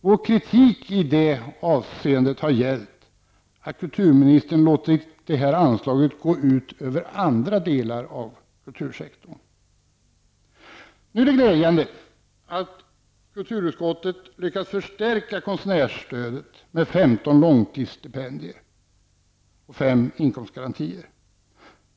Vår kritik i det avseendet har gällt att kulturministern har låtit det här anslaget gå ut över andra delar av kultursektorn. Nu är det glädjande att kulturutskottet har lyckats förstärka konstnärsstödet med femton långtidsstipendier och fem inkomstgarantier.